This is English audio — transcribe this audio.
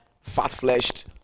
fat-fleshed